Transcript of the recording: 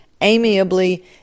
amiably